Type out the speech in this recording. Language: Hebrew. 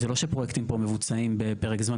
הוא לא שפרויקטים פה מבוצעים בפרק זמן